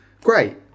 great